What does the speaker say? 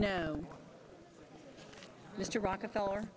no mr rockefeller